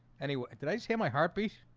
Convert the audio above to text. anyway, did i just hear my heartbeat?